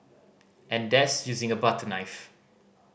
and that's using a butter knife